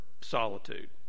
solitude